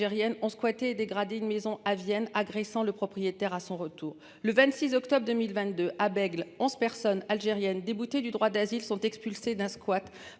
ont squatté et dégradé une maison à Vienne agressant le propriétaire à son retour, le 26 octobre 2022 à Bègles, 11 personnes algérienne déboutés du droit d'asile sont expulsés d'un squat